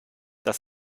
das